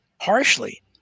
harshly